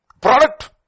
Product